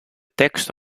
text